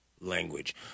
language